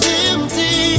empty